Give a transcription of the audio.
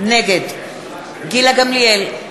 נגד גילה גמליאל,